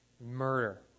murder